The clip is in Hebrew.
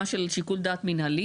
דוגמה של שיקול דעת מינהלי?